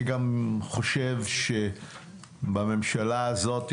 אני גם חושב שבממשלה הזאת,